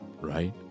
right